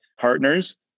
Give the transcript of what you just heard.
partners